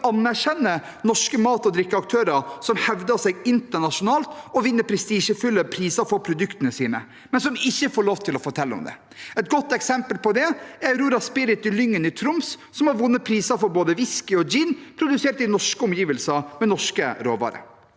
anerkjenner norske mat- og drikkeaktører som hevder seg internasjonalt og vinner prestisjefulle priser for produktene sine, men som ikke får lov til å fortelle om det. Et godt eksempel på det er Aurora Spirit i Lyngen i Troms, som har vunnet priser for både whisky og gin, produsert i norske omgivelser med norske råvarer.